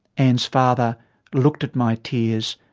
anne's father looked at my tears,